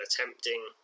attempting